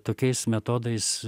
tokiais metodais